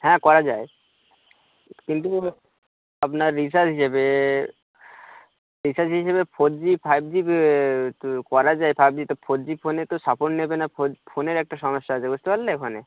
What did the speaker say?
হ্যাঁ করা যায় কিন্তু আপনার রিচার্জ হিসেবে রিচার্জ হিসেবে ফোর জি ফাইভ জি তো করা যায় ফাইভ জি তো ফোর জি ফোনে তো সাপোর্ট নেবে না ফোর ফোনের একটা সমস্যা আছে বুঝতে পারলে ওখানে